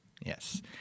Yes